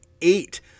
eight